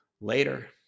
later